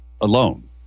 alone